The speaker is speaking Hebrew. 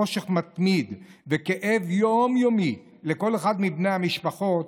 חושך מתמיד וכאב יום-יומי לכל אחד מבני המשפחות,